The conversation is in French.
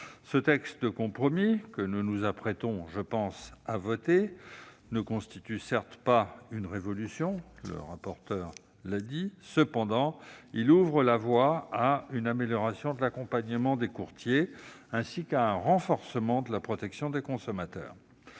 Le texte de compromis que nous nous apprêtons à voter définitivement ne constitue certes pas une révolution, le rapporteur l'a souligné. Cependant, il ouvre la voie à une amélioration de l'accompagnement des courtiers, ainsi qu'à un renforcement de la protection des consommateurs.